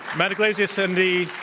matt yglesias, and the